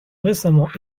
récemment